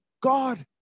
God